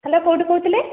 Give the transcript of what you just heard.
hello କେଉଁଠୁ କହୁଥିଲେ